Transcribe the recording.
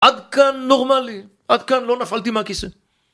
עד כאן נורמלי, עד כאן לא נפלתי מהכיסא